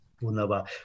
Wunderbar